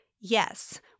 Yes